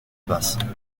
basse